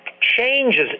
changes